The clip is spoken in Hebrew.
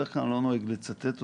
בדרך כלל אני לא נוהג לצטט אותו,